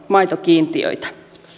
maitokiintiöitä